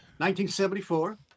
1974